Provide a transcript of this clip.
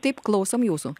taip klausom jūsų